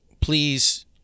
please